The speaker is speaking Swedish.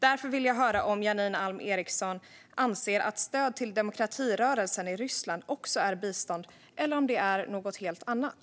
Därför vill jag höra om Janine Alm Ericson anser att stöd till demokratirörelsen i Ryssland också är bistånd eller om det är något helt annat.